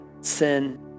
sin